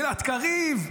גלעד קריב,